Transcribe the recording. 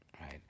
right